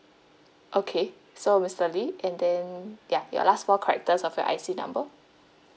okay so recently and then ya your last four characters of your I_C number